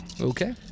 Okay